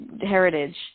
heritage